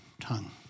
tongue